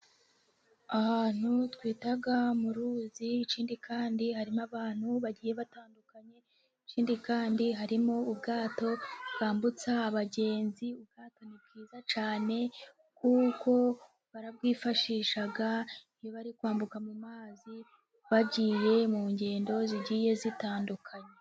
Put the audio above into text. Ahantu twita mu ruzi, ikindi kandi harimo abantu bagiye batandukanye, ikindi kandi harimo ubwato bwambutsa abagenzi, ubwato ni bwiza cyane, kuko barabwifashisha iyo bari kwambuka mu mazi, bagiye mu ngendo zigiye zitandukanye.